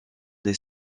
des